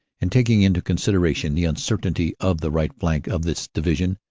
and taking into considera tion the uncertainty of the right flank of this division,